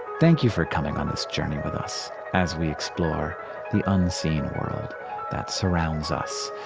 thank you for coming on this journey with us as we explore the unseen world that surrounds us.